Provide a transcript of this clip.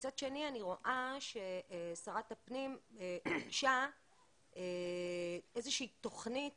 מצד שני, אני רואה ששרת הפנים איישה איזושהי תכנית